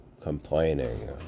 complaining